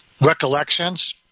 recollections